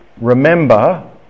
Remember